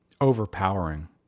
overpowering